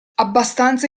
abbastanza